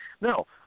No